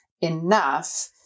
enough